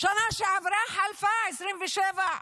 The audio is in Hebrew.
שנה שעברה חלפה, 2024,